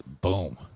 boom